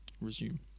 Resume